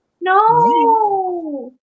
No